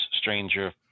stranger